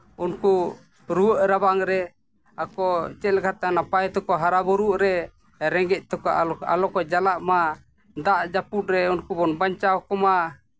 ᱩᱱᱠᱩ ᱨᱩᱣᱟᱹᱜ ᱨᱟᱵᱟᱝ ᱨᱮ ᱟᱠᱚ ᱪᱮᱫᱞᱮᱠᱟᱛᱮ ᱱᱟᱯᱟᱭ ᱛᱮᱠᱚ ᱦᱟᱨᱟᱜ ᱵᱩᱨᱩᱜ ᱨᱮ ᱨᱮᱸᱜᱮᱡᱽ ᱛᱮᱠᱚ ᱟᱞᱚ ᱠᱚ ᱡᱟᱞᱟᱜᱢᱟ ᱫᱟᱜ ᱡᱟᱹᱯᱩᱫ ᱨᱮ ᱩᱱᱠᱩ ᱵᱚᱱ ᱵᱟᱧᱪᱟᱣ ᱠᱚᱢᱟ